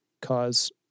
cause